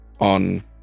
on